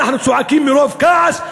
אנחנו צועקים מרוב כעס,